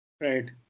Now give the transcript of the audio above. Right